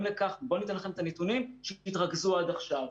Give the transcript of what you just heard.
לכך בואו אתן לכם את הנתונים שהתרכזו עד עכשיו.